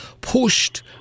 pushed